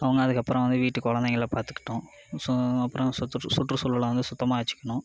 அவங்க அதுக்கு அப்பறம் வந்து வீட்டு குழந்தைங்கள பார்த்துகிட்டும் ஸோ அப்புறம் சுற்றுசூழலை வந்து சுத்தமாக வச்சிக்கணும்